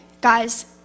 guys